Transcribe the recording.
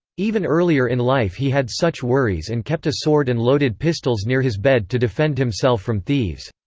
even earlier in life he had such worries and kept a sword and loaded pistols near his bed to defend himself from thieves.